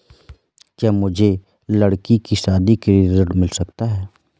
क्या मुझे लडकी की शादी के लिए ऋण मिल सकता है?